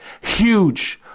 Huge